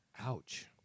Ouch